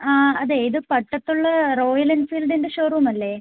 ആ അതെ ഇത് പട്ടത്തുള്ള റോയൽ എൻഫീൽഡിൻ്റെ ഷോറൂം അല്ലേ